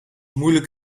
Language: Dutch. moeilijk